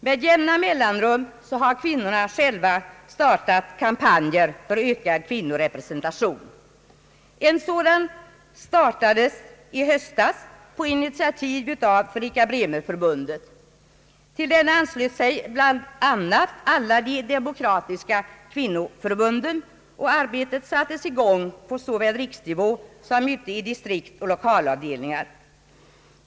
Med jämna mellanrum har kvinnorna själva startat kampanjer för ökad kvinnorepresentation. En sådan kom till stånd i höstas på initiativ av Fredrika Bremer-förbundet. Till denna anslöt sig bl.a. alla de demokratiska kvinnoförbunden, och arbetet sattes i gång på såväl riksnivå som ute i distrikt och lokalavdelningar.